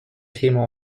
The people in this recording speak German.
thema